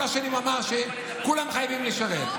כל השנים הוא אמר שכולם חייבים לשרת.